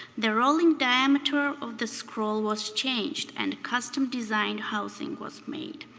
the rolling diameter of the scroll was changed and custom designed housing was made.